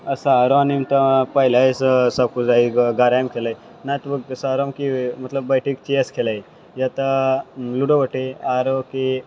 शहरो मे तऽ पहिलो सऽ सबकुछ रहै घरे मे खेलय शहरो मे की मतलब बैठी के चियर्स खेलय या तऽ लूडो गोटी आरो की